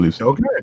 Okay